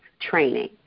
training